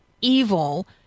evil